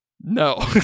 No